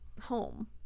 home